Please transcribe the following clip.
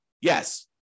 Yes